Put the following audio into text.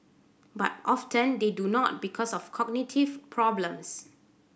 but often they do not because of cognitive problems